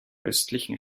östlichen